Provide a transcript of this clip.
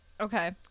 okay